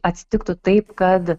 atsitiktų taip kad